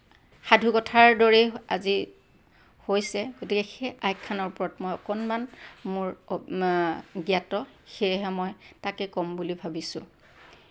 সাধুকথাৰ দৰেই আজি হৈছে গতিকে সেই আখ্যানৰ ওপৰত মই অকনমান মোৰ জ্ঞাত সেয়েহে মই তাকে ক'ম বুলি ভাবিছোঁ